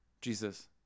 Jesus